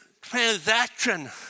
transaction